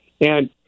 And-